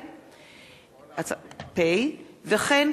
וכן,